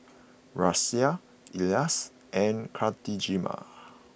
Raisya Elyas and Khatijah